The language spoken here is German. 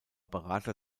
berater